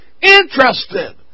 interested